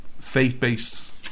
faith-based